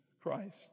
Christ